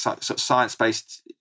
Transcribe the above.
science-based